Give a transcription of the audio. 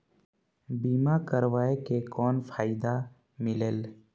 बीमा करवाय के कौन फाइदा मिलेल?